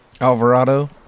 Alvarado